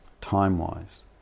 time-wise